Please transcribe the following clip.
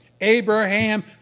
Abraham